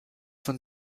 von